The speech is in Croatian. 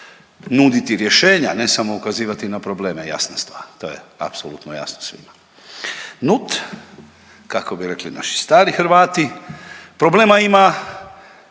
nuditi rješenja ne samo ukazivati na probleme jasna stvar, to je apsolutno jasno svima. Nut kako bi rekli naši stari Hrvati problema ima